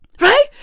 Right